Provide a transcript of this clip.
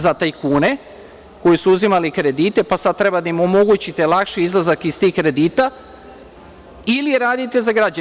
Za tajkune koji su uzimali kredite, pa sad treba da im omogućite lakši izlazak iz tih kredita ili radite za građane?